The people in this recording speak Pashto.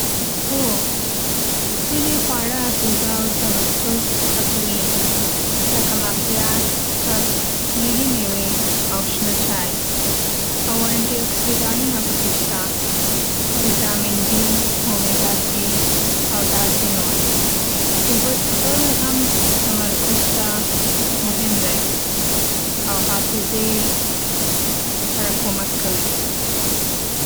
هو، ځینې خواړه حافظه او تمرکز ښه کوي. لکه مغزیات، کب، نیلي مېوې، او شنه چای. او انټي‌اوکسیډانونه پکې شته. ویتامین ‌بي، اومېګا تري او داسې نور. اوبه څښل هم تمرکز ته مهم دی. او حافظې سره کومک کوي.